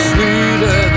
Sweeter